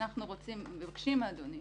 אנחנו מבקשים מאדוני,